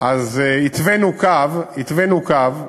התווינו קו,